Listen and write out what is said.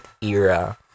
era